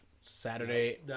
Saturday